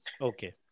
Okay